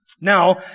Now